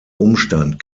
umstand